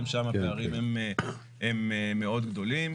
גם שם הפערים מאוד גדולים.